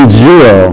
zero